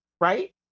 right